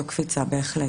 זו קפיצה, בהחלט.